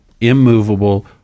immovable